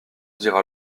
dira